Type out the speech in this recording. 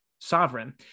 sovereign